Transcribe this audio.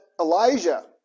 Elijah